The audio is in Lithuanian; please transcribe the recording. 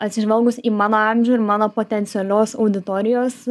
atsižvelgus į mano amžių ir mano potencialios auditorijos